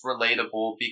relatable